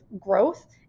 growth